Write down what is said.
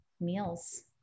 meals